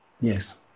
Yes